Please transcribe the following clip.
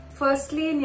firstly